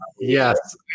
Yes